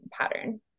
pattern